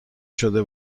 شده